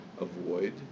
avoid